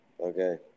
Okay